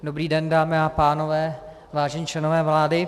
Dobrý den, dámy a pánové, vážení členové vlády.